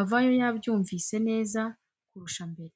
avayo yabyumvise neza kurusha mbere.